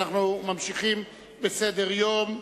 אנו ממשיכים בסדר-היום: